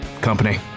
company